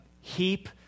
heap